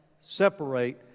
separate